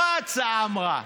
מה ההצעה אמרה?